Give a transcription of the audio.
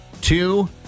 Two